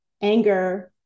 anger